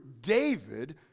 David